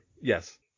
Yes